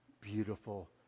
beautiful